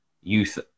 youth